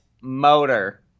Motor